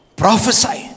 prophesy